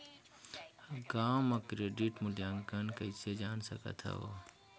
गांव म क्रेडिट मूल्यांकन कइसे जान सकथव?